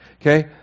Okay